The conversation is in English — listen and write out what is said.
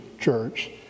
church